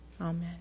Amen